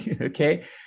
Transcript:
Okay